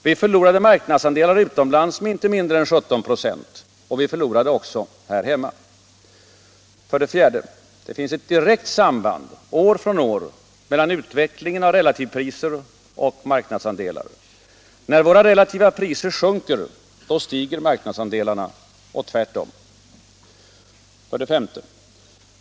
Vi förlorade marknadsandelar utomlands med inte mindre än 17 8. Och vi förlorade även här hemma. 4. Det finns ett direkt samband år från år mellan utvecklingen av relativpriser och marknadsandelar. När våra relativa priser sjunker, stiger marknadsandelarna och tvärtom. S.